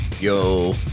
Yo